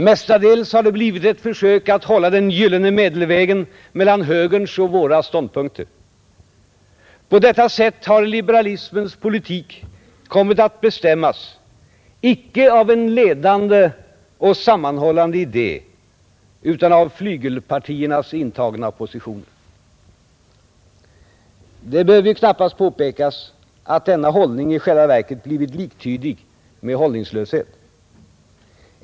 Mestadels har det blivit ett försök att hålla den gyllene medelvägen mellan högerns och våra ståndpunkter. På detta sätt har liberalismens politik kommit att bestämmas icke av en ledande och sammanhållande idé, utan av flygelpartiernas intagna positioner. Det behöver ju knappast påpekas att denna hållning i själva verket blivit liktydig med hållningslöshet.